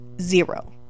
zero